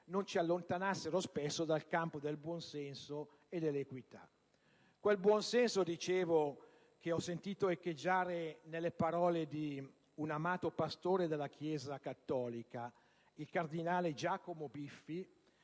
non ci allontanassero spesso dal campo del buonsenso e dell'equità. Si tratta di quel buon senso, come dicevo, che ho sentito echeggiare nelle parole di un amato pastore della Chiesa cattolica, il cardinale Giacomo Biffi,